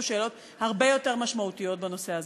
שאלות הרבה יותר משמעותיות בנושא הזה.